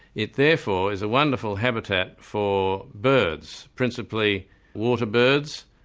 it therefore is a wonderful habitat for birds, principally water birds,